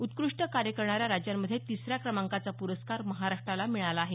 उत्कृष्ट कार्य करणाऱ्या राज्यांमध्ये तिसऱ्या क्रमांकाचा पुरस्कार महाराष्ट्राला मिळाला आहे